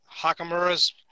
Hakamura's